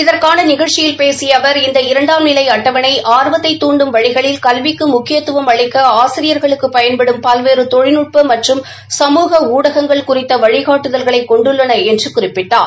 இதற்கான நிகழ்ச்சியில் பேசிய அவா் இந்த இரண்டாம் நிலை அட்டவணை ஆர்வத்தைத் தூண்டும் வழிகளில் கல்விக்கு முக்கித்துவம் அளிக்க ஆசிரியர்களுக்கு பயன்படும் பல்வேறு தொழில்நட்ப மற்றும் சமூக ஊடகங்கள் குறித்த வழிகாட்டுதல்களை கொண்டுள்ளன என்று குறிப்பிட்டார்